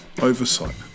oversight